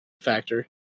factor